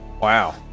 Wow